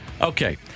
Okay